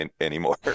anymore